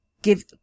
give